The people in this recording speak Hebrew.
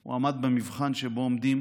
הוא עמד במבחן שבו עומדים